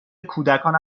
کودکان